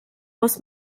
muss